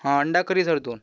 हां अंडा curry sir दोन